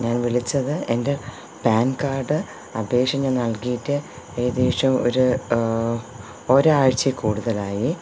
ഞാൻ വിളിച്ചത് എന്റെ പാൻ കാർഡ് അപേക്ഷ ഞാൻ നൽകീട്ട് ഏകദേശം ഒരു ഒരാഴ്ച്ചേക്കൂടുതലായി